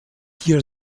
hier